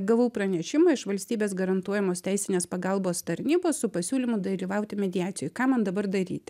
gavau pranešimą iš valstybės garantuojamos teisinės pagalbos tarnybos su pasiūlymu dalyvauti mediacijoj ką man dabar daryti